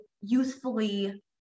youthfully